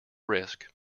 risk